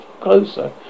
closer